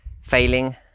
failing